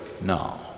No